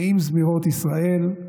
נעים זמירות ישראל,